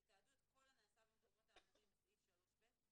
יתעדו את כל הנעשה במקומות האמורים בסעיף 3(ב),